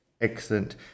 Excellent